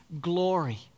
glory